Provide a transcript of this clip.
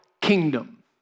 kingdom